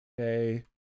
okay